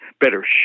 better